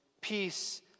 Peace